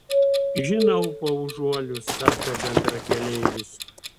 žinau paužuolius sako bendrakeleivis